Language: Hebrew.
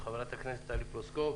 חברת הכנסת טלי פלוסקוב.